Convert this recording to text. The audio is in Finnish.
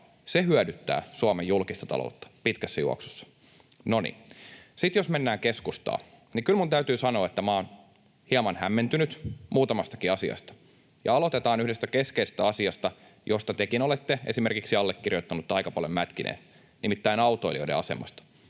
Se hyödyttää Suomen julkista taloutta pitkässä juoksussa. No niin, sitten jos mennään keskustaan, niin kyllä minun täytyy sanoa, että olen hieman hämmentynyt muutamastakin asiasta. Aloitetaan yhdestä keskeisestä asiasta, josta tekin olette esimerkiksi allekirjoittanutta aika paljon mätkineet, nimittäin autoilijoiden asemasta.